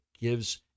gives